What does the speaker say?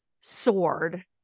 sword